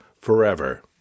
forever